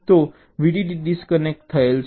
તેથી VDD disconnect થયેલ છે